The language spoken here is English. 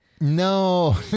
No